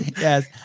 Yes